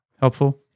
helpful